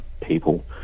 people